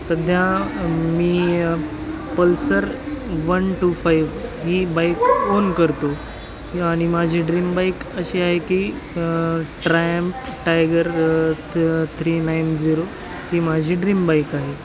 सध्या मी Pulsar one two five ही बाईक ओन करतो आणि माझी ड्रीम बाईक अशी आहे की ट्रॅम्प टायगर त थ्री नाईन झिरो ही माझी ड्रीम बाईक आहे